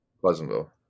Pleasantville